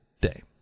day